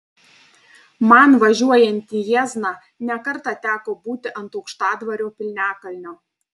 man važiuojant į jiezną ne kartą teko būti ant aukštadvario piliakalnio